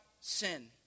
sin